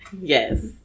Yes